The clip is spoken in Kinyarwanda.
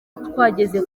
twageze